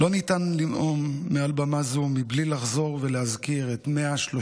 לא ניתן לנאום מעל במה זו בלי לחזור ולהזכיר את 135